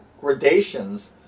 gradations